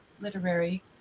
literary